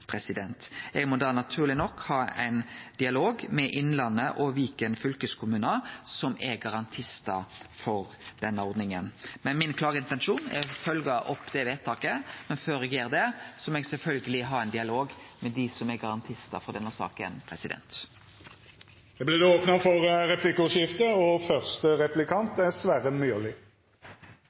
Eg må da naturleg nok ha ein dialog med Innlandet og Viken fylkeskommunar, som er garantistar for denne ordninga. Min klare intensjon er å følgje opp det vedtaket, men før eg gjer det, må eg sjølvsagt ha ein dialog med dei som er garantistar for denne saka. Det vert replikkordskifte. Ja, så var vi her igjen. Mitt første